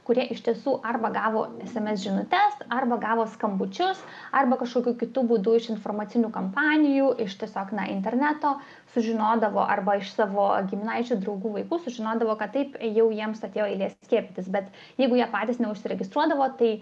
kurie iš tiesų arba gavo sms žinutes arba gavo skambučius arba kažkokiu kitu būdu iš informacinių kampanijų iš tiesiog na interneto sužinodavo arba iš savo giminaičių draugų vaikų sužinodavo kad taip jau jiems atėjo eilė skiepytis bet jeigu jie patys ne užsiregistruodavo tai